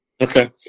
Okay